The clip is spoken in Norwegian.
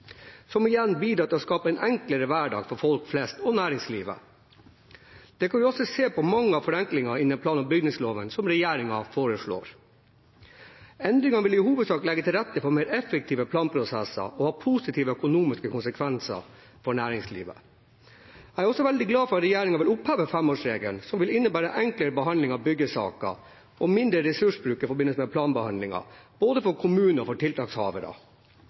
som igjen bidrar til å skape en enklere hverdag for folk flest og næringslivet. Det kan vi også se på mange av forenklingene innen plan- og bygningsloven som regjeringen foreslår. Endringene vil i hovedsak legge til rette for mer effektive planprosesser og ha positive økonomiske konsekvenser for næringslivet. Jeg er også veldig glad for at regjeringen vil oppheve femårsregelen, noe som vil innebære en enklere behandling av byggesaker og mindre ressursbruk i forbindelse med planbehandlinger både for kommuner og tiltakshavere.